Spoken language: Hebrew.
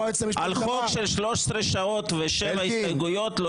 בכנסת הקודמת על חוק של 13 שעות ושבע הסתייגויות,